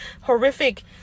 horrific